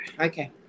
okay